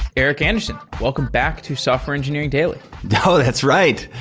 eric anderson, welcome back to software engineering daily oh! that's right.